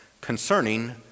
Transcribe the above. concerning